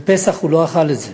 ובפסח הוא לא אכל את זה.